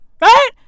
right